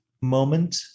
moment